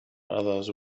others